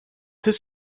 his